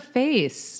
face